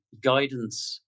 guidance